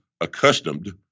accustomed